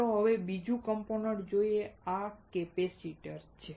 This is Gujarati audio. ચાલો હવે બીજું કમ્પોનન્ટ જોઈએ આ કેપેસિટર છે